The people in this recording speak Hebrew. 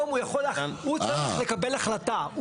הוא יצטרך לקבל החלטה.